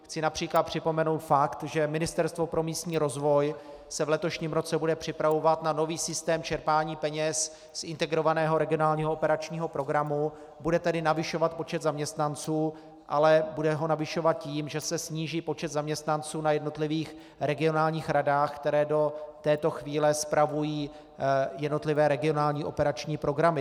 Chci například připomenout fakt, že Ministerstvo pro místní rozvoj se v letošním roce bude připravovat na nový systém čerpání peněz z Integrovaného regionálního operačního programu, bude tedy navyšovat počet zaměstnanců, ale bude ho navyšovat tím, že se sníží počet zaměstnanců na jednotlivých regionálních radách, které do této chvíle spravují jednotlivé regionální operační programy.